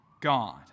God